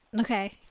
Okay